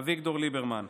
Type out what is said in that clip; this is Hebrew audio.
אביגדור ליברמן.